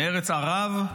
מארץ ערב,